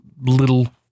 little